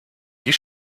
you